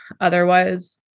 otherwise